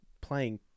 playing